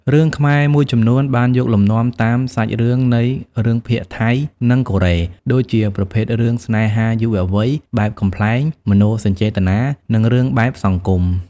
រឿងខ្មែរមួយចំនួនបានយកលំនាំតាមសាច់រឿងនៃរឿងភាគថៃ និងកូរ៉េ ដូចជាប្រភេទរឿង ស្នេហាយុវវ័យ បែបកំប្លែង មនោសញ្ចេតនា និងរឿងបែបសង្គម។